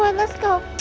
let's go.